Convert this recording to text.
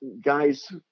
guys